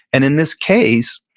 and in this case,